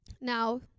Now